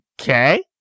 Okay